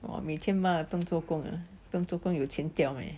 哇每天抹啊不用做工啊不用做工有钱掉 meh